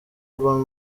urban